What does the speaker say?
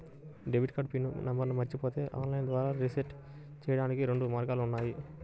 debit card pin నంబర్ను మరచిపోతే online ద్వారా రీసెట్ చెయ్యడానికి రెండు మార్గాలు ఉన్నాయి